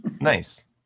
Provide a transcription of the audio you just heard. Nice